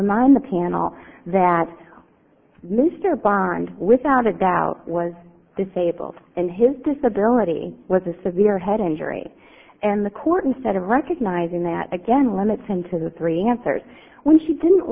remind the piano that mr bond without a doubt was disabled and his disability was a severe head injury and the court instead of recognizing that again limits him to the three answers when she didn't